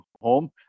home